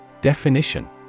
Definition